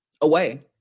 away